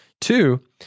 Two